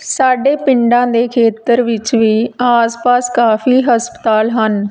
ਸਾਡੇ ਪਿੰਡਾਂ ਦੇ ਖੇਤਰ ਵਿੱਚ ਵੀ ਆਸ ਪਾਸ ਕਾਫੀ ਹਸਪਤਾਲ ਹਨ